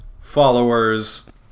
followers